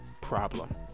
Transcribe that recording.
problem